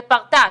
זה פרטץ',